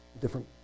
different